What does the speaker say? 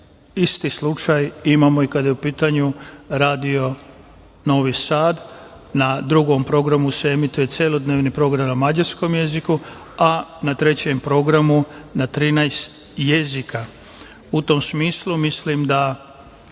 isti slučaj imamo i kada je u pitanju radio Novi Sad. Na drugom programu se emituje celodnevni program na mađarskom jeziku, a trećem programu na 13 jezika. U tom smislu mislim da,